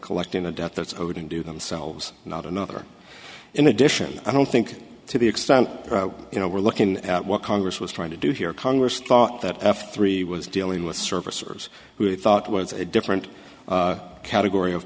collecting a debt that's owed and do themselves not another in addition i don't think to the extent you know we're looking at what congress was trying to do here congress thought that f three was dealing with servicers who they thought was a different category of